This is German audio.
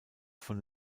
von